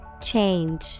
Change